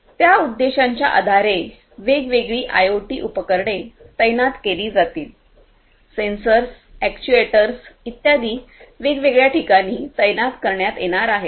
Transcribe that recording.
त्या उद्देशाच्या आधारे वेगवेगळी आयओटी उपकरणे तैनात केली जातील सेन्सर्स अॅक्ट्युएटर्स इत्यादी वेगवेगळ्या ठिकाणी तैनात करण्यात येणार आहेत